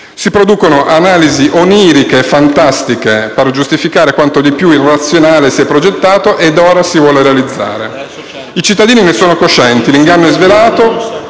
Si producono analisi oniriche, fantastiche, per giustificare quanto di più irrazionale si è progettato ed ora si vuole realizzare. I cittadini ne sono coscienti, l'inganno è svelato.